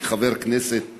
כחבר כנסת ערבי,